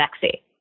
sexy